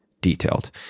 detailed